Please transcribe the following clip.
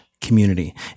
community